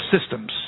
systems